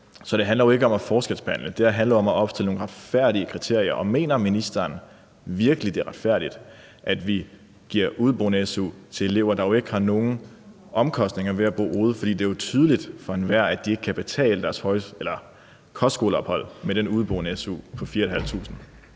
Så det handler jo ikke om at forskelsbehandle, det handler om at opstille nogle retfærdige kriterier. Og mener ministeren virkelig, det er retfærdigt, at vi giver udeboende-su til elever, der ikke har nogen omkostninger ved at bo ude? For det er jo tydeligt for enhver, at de ikke kan betale deres kostskoleophold med den udeboende-su på 4.500 kr.